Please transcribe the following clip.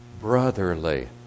brotherly